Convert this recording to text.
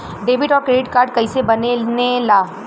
Debit और credit card कईसे बने ने ला?